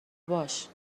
باش